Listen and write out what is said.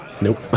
Nope